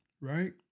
right